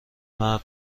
مرد